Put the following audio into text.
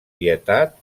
pietat